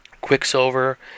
Quicksilver